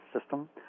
System